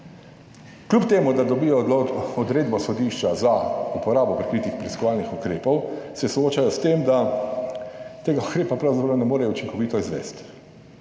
Kljub temu, da dobijo odredbo sodišča za uporabo prikritih preiskovalnih ukrepov, se soočajo s tem, da tega ukrepa pravzaprav ne morejo učinkovito izvesti